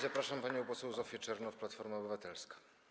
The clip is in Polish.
Zapraszam panią poseł Zofię Czernow, Platforma Obywatelska.